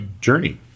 Journey